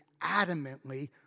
adamantly